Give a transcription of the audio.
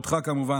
כמובן,